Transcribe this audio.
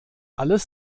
alles